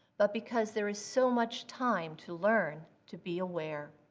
but because there is so much time to learn to be aware.